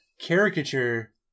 caricature